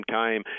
time